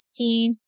16